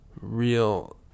real